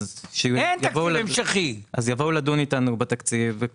אז הם יבואו לדון איתנו בתקציב.